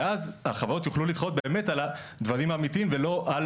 ואז החברות יוכלו להתחרות באמת על הדברים האמיתיים ולא על